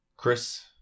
Chris